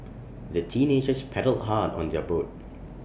the teenagers paddled hard on their boat